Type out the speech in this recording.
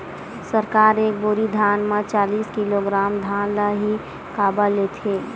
सरकार एक बोरी धान म चालीस किलोग्राम धान ल ही काबर लेथे?